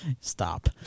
Stop